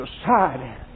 society